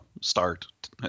start